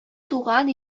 туган